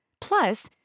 Plus